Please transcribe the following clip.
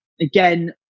again